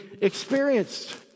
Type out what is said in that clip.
experienced